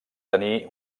tenir